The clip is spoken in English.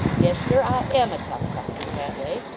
yes, sir, i am a tough customer that way.